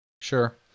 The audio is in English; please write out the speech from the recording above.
Sure